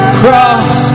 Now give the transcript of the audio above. cross